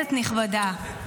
נכבדה,